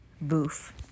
boof